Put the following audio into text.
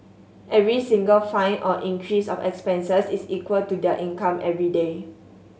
every single fine or increase of expenses is equal to their income everyday